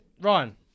Ryan